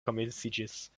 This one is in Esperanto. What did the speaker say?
komenciĝis